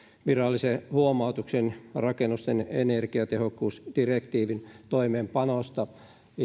virallisen huomautuksen rakennusten energiatehokkuusdirektiivin toimeenpanosta voin